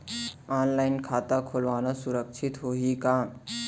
Online खाता खोलना सुरक्षित होही का?